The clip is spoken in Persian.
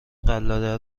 قلاده